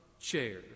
chair